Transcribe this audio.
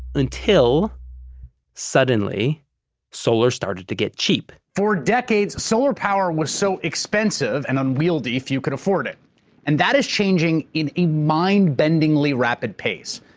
until suddenly solar started to get cheap for decades, solar power was so expensive and unwieldy if you could afford it and that is changing in a mind-bendingly rapid pace.